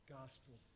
gospel